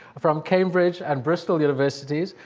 from cambridge and bristol universities.